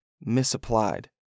misapplied